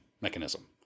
mechanism